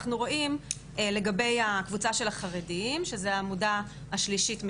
אנחנו רואים לגבי הקבוצה של החרדים שזה העמודה השלישית מלמעלה,